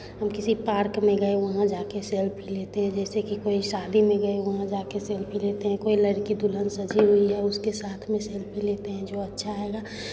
हम किसी पार्क में गए वहाँ जाके सेल्फी लेते हैं जैसे कि कोई शादी में गए वहाँ जाके सेल्फी लेते हैं कोई लड़की दुल्हन सजी हुई है उसके साथ में सेल्फी लेते हैं जो अच्छा आएगा